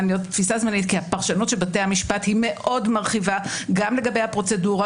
תפיסה זמנית כי פרשנות בתי המשפט היא מאוד מרחיבה גם לגבי הפרוצדורה,